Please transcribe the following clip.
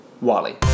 Wally